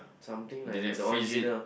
something like that the original